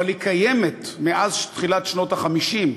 אבל היא קיימת מאז תחילת שנות ה-50,